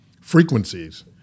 frequencies